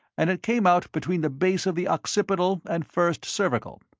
and it came out between the base of the occipital and first cervical.